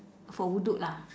for wuduk lah